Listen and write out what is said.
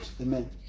Amen